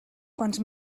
quants